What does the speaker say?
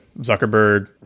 Zuckerberg